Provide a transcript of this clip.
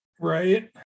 Right